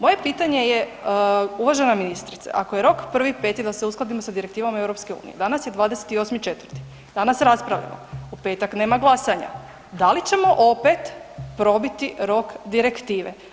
Moje pitanje je, uvažena ministrice, ako je rok 1.5. da se uskladimo s Direktivom EU, danas je 28.4., danas raspravljamo, u petak nema glasanja, da li ćemo opet probiti rok Direktive?